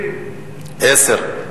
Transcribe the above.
20. עשר.